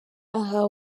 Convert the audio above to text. aha